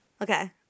Okay